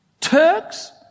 Turks